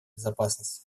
безопасности